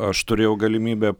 aš turėjau galimybę